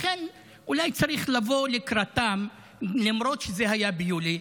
לכן אולי צריך לבוא לקראתם למרות שזה היה ביולי.